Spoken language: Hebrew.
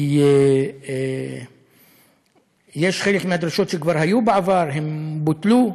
כי יש חלק מהדרישות שכבר היו בעבר, הן בוטלו,